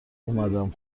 اومدم